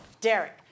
Derek